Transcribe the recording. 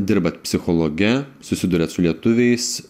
dirbat psichologe susiduriat su lietuviais